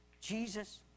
Jesus